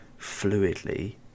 fluidly